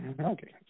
okay